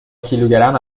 کیلوگرم